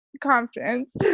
confidence